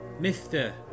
Mr